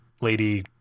lady